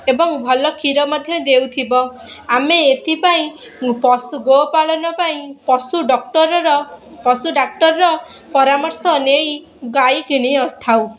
ଏବଂ ଭଲ କ୍ଷୀର ମଧ୍ୟ ଦେଉଥିବ ଆମେ ଏଥିପାଇଁ ପଶୁ ଗୋପାଳନ ପାଇଁ ପଶୁ ଡକ୍ଟର୍ର ପଶୁ ଡାକ୍ଟରର ପରାମର୍ଶ ନେଇ ଗାଈ କିଣିଥାଉ